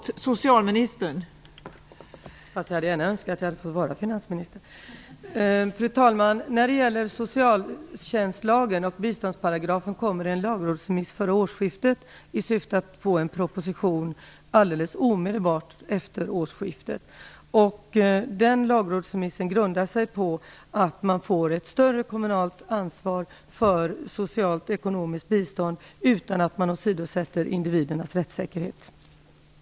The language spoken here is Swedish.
Fru talman! Jag hade i detta sammanhang gärna önskat att jag hade varit finansminister. När det gäller biståndsparagrafen i socialtjänstlagen kommer en lagrådsremiss före årsskiftet i syfte att möjliggöra en proposition omedelbart efter årsskiftet. Den lagrådsremissen grundar sig på att man får ett större kommunalt ansvar för socialt och ekonomiskt bistånd utan att individernas rättssäkerhet åsidosätts.